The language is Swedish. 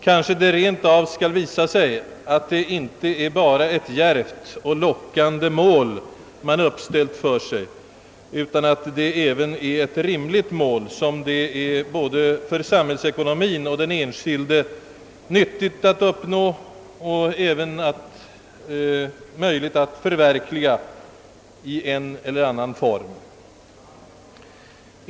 Kanske det rent av skall visa sig att det inte bara är ett djärvt och lockande mål man uppställt för sig utan att det också är ett både samhällsekonomiskt rimligt och för den enskilde nyttigt mål att uppnå, som kanske även är möjligt att i en eller annan form förverkliga.